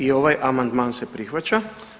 I ovaj amandman se prihvaća.